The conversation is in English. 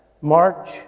March